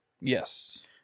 Yes